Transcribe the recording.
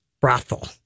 brothel